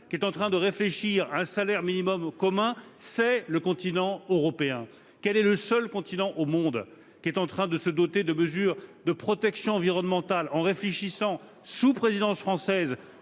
actuellement une réflexion sur un salaire minimum commun ? C'est le continent européen. Quel est le seul continent au monde qui est en train de se doter de normes de protection environnementale en réfléchissant, sous présidence française,